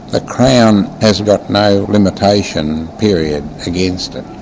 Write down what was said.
the crown has got no limitation period against it.